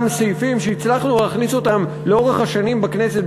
סעיפים שהצלחנו להכניס לאורך השנים בכנסת,